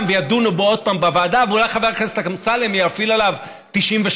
וידונו בו עוד פעם בוועדה ואולי חבר הכנסת אמסלם יפעיל עליו 98,